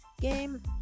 game